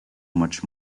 much